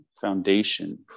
Foundation